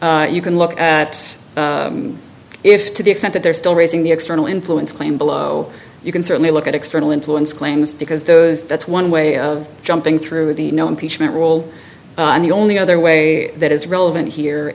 claim you can look at if to the extent that they're still raising the external influence claim below you can certainly look at external influence claims because those that's one way of jumping through the no impeachment rule and the only other way that is relevant here